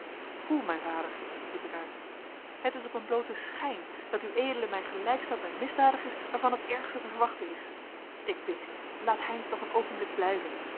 hoe mijn vader riep ik uit het is op een blooten schijn dat ued mij gelijkstelt met misdadigers waarvan het ergste te wachten is ik bid u laat heynsz nog een oogenblik blijven